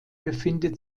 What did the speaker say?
befindet